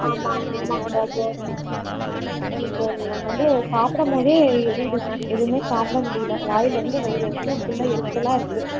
ஆமாம் ஆமாங்க டாக்டர் எனக்கு வந்து சாப்பிடம்போதே எரியுதுங்க எதுவுமே சாப்பிட முடியல வாயில இருந்து வயிறு வரைக்கும் ஃபுல்லாக எரிச்சலாக இருக்கு